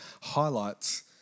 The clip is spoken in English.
highlights